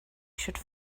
should